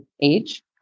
age